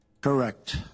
Correct